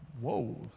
whoa